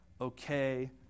okay